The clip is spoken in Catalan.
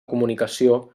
comunicació